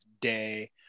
day